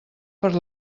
per